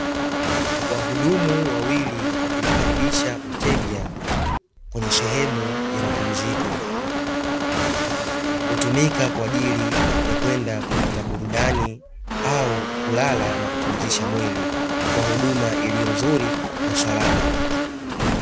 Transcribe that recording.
Wahudumu wawili wakimkaribisha mteja kwenye sehemu ya mapumziko, hutumika kwaajili ya kwenda kupata burudani au kulala na kupumzisha mwili kwa huduma iliyo nzuri na salama.